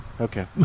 Okay